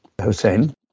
Hussein